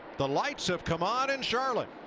the lights have come on in charlotte.